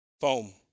foam